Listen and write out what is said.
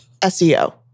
SEO